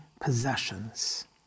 possessions